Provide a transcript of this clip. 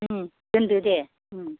दोनदो दे